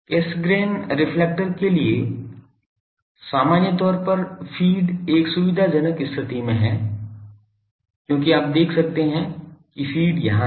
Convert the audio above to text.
Cassegrain reflector के लिए सामान्य तौर पर फ़ीड एक सुविधाजनक स्थिति में है क्योंकि आप देख सकते हैं कि फ़ीड यहाँ है